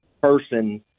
person